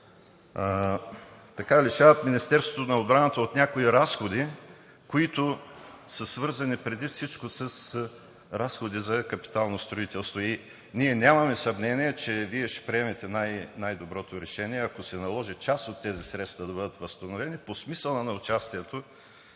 лишават Министерството на отбраната от някои разходи, които са свързани преди всичко с разходи за капитално строителство. Ние нямаме съмнение, че Вие ще приемете най-доброто решение, ако се наложи част от тези средства да бъдат възстановени по смисъла на участието